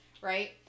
Right